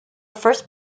first